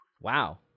Wow